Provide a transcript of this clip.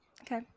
Okay